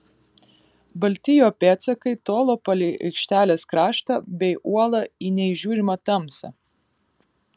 balti jo pėdsakai tolo palei aikštelės kraštą bei uolą į neįžiūrimą tamsą